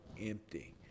empty